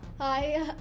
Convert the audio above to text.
Hi